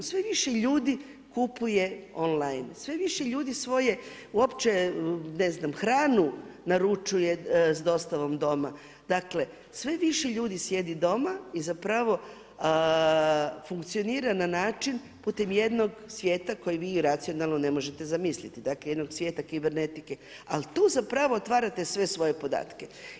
Sve više ljudi kupuje on line, sve više ljudi svoje uopće ne znam, hranu naručuje s dostavom doma, dakle sve više sjedi doma i zapravo funkcionira na način putem jednog svijeta kojeg vi racionalno ne možete zamisliti, dakle jednog svijeta kibernetike ali tu zapravo otvarate sve svoje podatke.